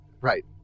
right